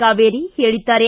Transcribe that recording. ಕಾವೇರಿ ಹೇಳಿದ್ದಾರೆ